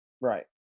Right